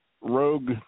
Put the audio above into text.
rogue